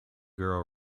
girl